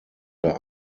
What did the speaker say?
unter